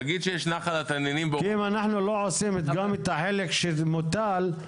כי אם אנחנו לא עושים גם את החלק שמוטל עלינו,